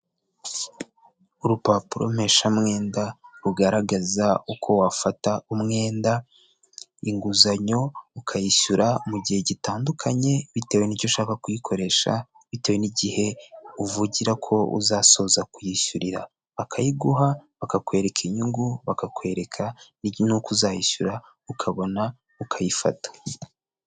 Urupapuro mpesha mwenda rugaragaza uko wafata umwenda, inguzanyo ukayishyura mu gihe gitandukanye bitewe n'icyo ushaka kuyikoresha, bitewe n'igihe uvugira ko uzasoza kuyishyurira. Bakayiguha bakakwereka inyungu, bakakwereka n'uko uzayishyura ukabona ukayifata.